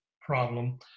problem